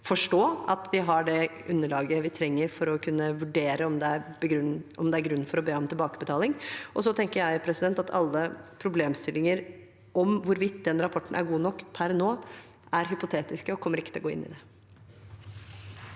forstå, at vi har det underlaget vi trenger for å kunne vurdere om det er grunn for å be om tilbakebetaling. Alle problemstillinger om hvorvidt den rapporten er god nok per nå, er hypotetiske, og jeg kommer ikke til å gå inn på det.